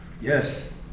yes